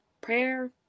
prayer